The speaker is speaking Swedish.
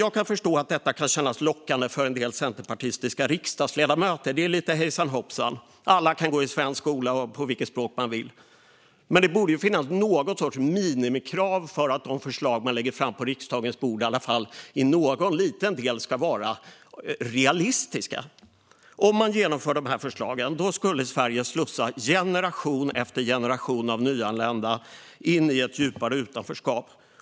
Jag kan förstå att detta kan kännas lockande för en del centerpartistiska riksdagsledamöter. Det är lite hejsan, hoppsan - alla kan gå i svensk skola och på vilket språk man vill. Men det borde finnas någon sorts minimikrav på att de förslag man lägger fram på riksdagens bord i alla fall i någon liten del ska vara realistiska. Om man skulle genomföra dessa förslag skulle Sverige slussa generation efter generation av nyanlända in i ett djupare utanförskap.